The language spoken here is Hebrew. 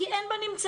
כי אין בנמצא.